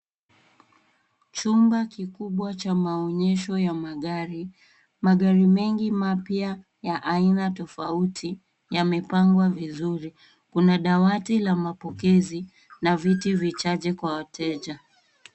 Chumba kikubwa cha maonyesho ya magari. Magari mengi mapya ya aina tofauti yamepangwa vizuri. Kuna dawati la mapokezi na viti vichache kwa wateja.